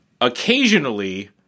occasionally